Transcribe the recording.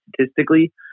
statistically